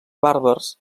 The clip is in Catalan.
bàrbars